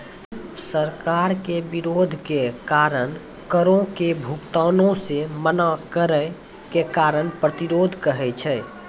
सरकार के विरोध के कारण करो के भुगतानो से मना करै के कर प्रतिरोध कहै छै